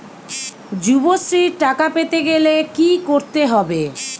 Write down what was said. যুবশ্রীর টাকা পেতে গেলে কি করতে হবে?